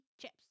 chips